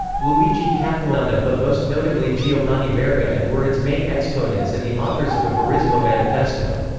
luigi capuana but most notably giovanni verga and were its main exponents and the authors of a verismo manifesto.